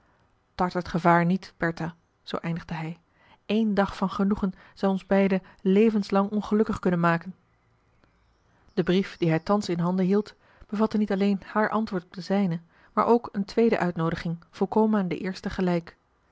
tart het gevaar niet bertha zoo eindigde hij één dag van genoegen zou ons beiden levenslang ongelukkig kunnen maken de brief dien hij thans in handen hield bevatte niet alleen haar antwoord op den zijne maar ook een tweede uitnoodiging volkomen aan de eerste gelijk